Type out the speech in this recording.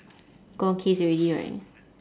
gone case already right